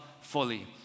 fully